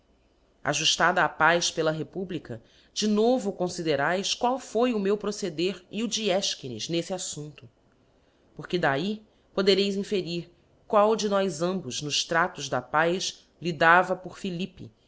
ajuftada a paz pela republica de novo confidera qual foi o meu proceder e o de efchines n efte alfum pto porque dahi podereis inferir qual de nós ambo nos tratos da paz lidava por philippe